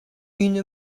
une